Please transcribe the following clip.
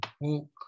walk